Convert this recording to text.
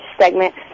segment